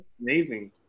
amazing